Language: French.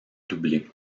doublée